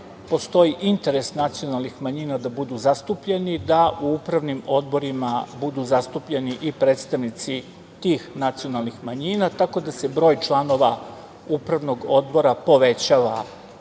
postoji interes nacionalnih manjina da budu zastupljeni, da u upravnim odborima budu zastupljeni i predstavnici tih nacionalnih manjina, tako da se broj članova upravnog odbora povećava